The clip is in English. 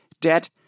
debt